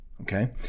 Okay